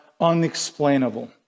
unexplainable